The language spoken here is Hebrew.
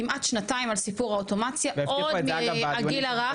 כמעט שנתיים על סיפור האוטומציה עוד מהגיל הרך,